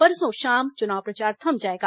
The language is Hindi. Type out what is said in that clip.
परसों शाम चुनाव प्रचार थम जाएगा